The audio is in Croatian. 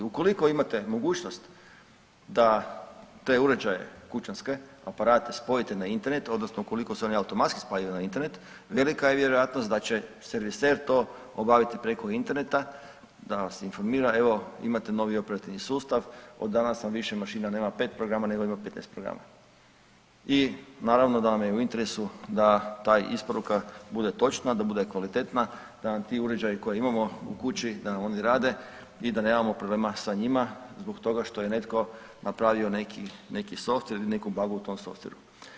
Ukoliko imate mogućnost da te uređaje kućanske aparate spojite na Internet odnosno ukoliko se oni automatski spajaju na Internet, velika je vjerojatnost da će serviser to obaviti preko interneta, da vas informira evo imate novi operativni sustav od danas vam mašina nema pet programa nego ima petnaest programa i naravno da vam je u interesu da ta isporuka bude točna, da bude kvalitetna, da nam ti uređaji koje imamo u kući da nam oni rade i da nemamo problema sa njima zbog toga što je netko napravio neki softver ili … u tom softveru.